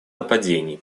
нападений